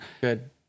Good